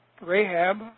Rahab